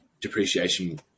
depreciation